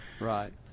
Right